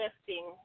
lifting